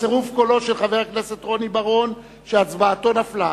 בצירוף קולו של חבר הכנסת רוני בר-און שהצבעתו נפלה,